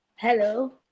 hello